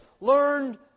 Learned